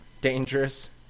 dangerous